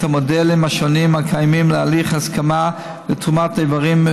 בין השאר את המודלים השונים הקיימים להליך הסכמה לתרומת איברים.